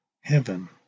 heaven